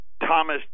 Thomas